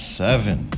seven